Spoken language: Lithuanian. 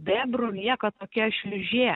bebrų lieka tokia šliūžė